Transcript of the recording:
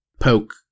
poke